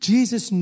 Jesus